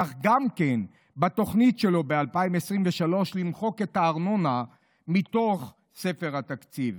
כך גם בתוכנית שלו ב-2023 למחוק את הארנונה מתוך ספר התקציב.